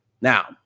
now